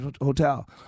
hotel